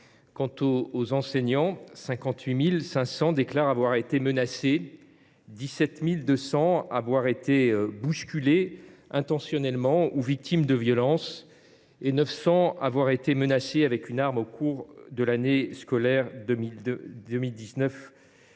quant aux enseignants, 58 500 d’entre eux déclarent avoir été menacés, 17 200 avoir été bousculés intentionnellement ou victimes de violence et 900 avoir été menacés avec une arme au cours de l’année scolaire 2019 2020.